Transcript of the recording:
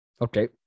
Okay